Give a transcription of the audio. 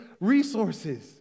resources